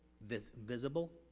visible